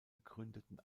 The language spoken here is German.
gegründeten